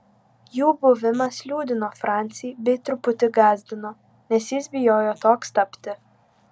jų buvimas liūdino francį bei truputį gąsdino nes jis bijojo toks tapti